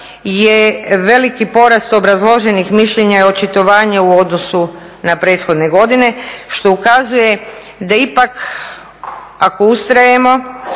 je veliki porast obrazloženih mišljenja i očitovanja u odnosu na prethodne godine što ukazuje da ipak ako ustrajemo